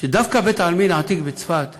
שדווקא בית-העלמין העתיק בצפת נמצא,